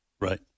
right